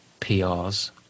PRs